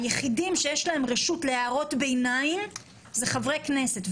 היחידים שיש להם רשות להערות ביניים זה חברי כנסת.